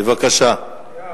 בבקשה.